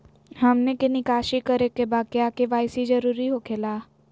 हमनी के निकासी करे के बा क्या के.वाई.सी जरूरी हो खेला?